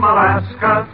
Alaska